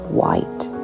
white